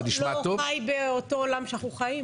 זה נשמע טוב --- אתה פשוט לא חי באותו עולם שאנחנו חיים.